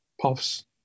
puffs